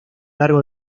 largo